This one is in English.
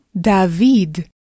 David